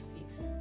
peace